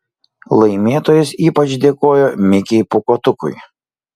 laimėtojas ypač dėkojo mikei pūkuotukui